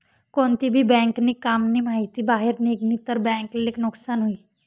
कोणती भी बँक नी काम नी माहिती बाहेर निगनी तर बँक ले नुकसान हुई